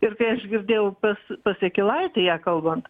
ir kai aš girdėjau pas pas jakilaitį ją kalbant